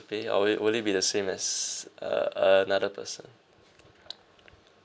pay or it would it would it be the same as uh uh another person